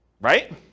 right